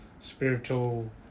spiritual